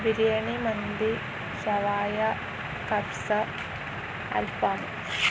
ബിരിയാണി മന്തി ഷവായ കഫ്സ അൽഫാം